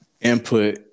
input